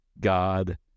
God